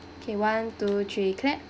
okay one two three clap